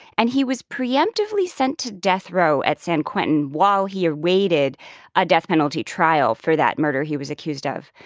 and he was preemptively sent to death row at san quentin while he awaited a death penalty trial for that murder he was accused of.